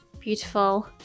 beautiful